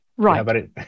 Right